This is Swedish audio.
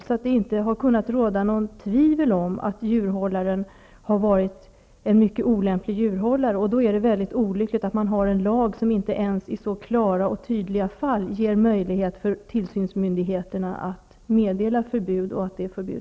Det har inte kunnat råda något tvivel om att djurhållaren har varit mycket olämplig. Då är det olyckligt att man har en lag som inte ens i så klara och tydliga fall ger möjlighet för tillsynsmyndigheterna att meddela varaktigt förbud.